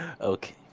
Okay